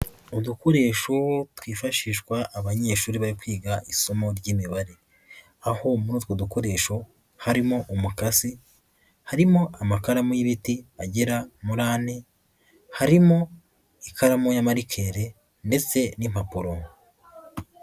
Udukoresho twifashishwa abanyeshuri bari kwiga isomo ry'Imibare. Aho muri utwo dukoresho harimo umukasi, harimo amakaramu y'ibiti agera muri ane, harimo ikaramu ya marikeri ndetse n'impapuro.